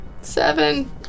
Seven